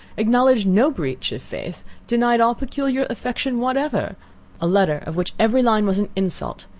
acknowledged no breach of faith, denied all peculiar affection whatever a letter of which every line was an insult,